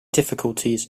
difficulties